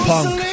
Punk